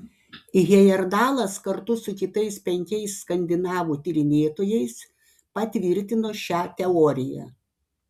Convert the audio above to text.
hejerdalas kartu su kitais penkiais skandinavų tyrinėtojais patvirtino šią teoriją